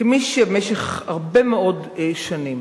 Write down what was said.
כמי שבמשך הרבה מאוד שנים